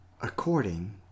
according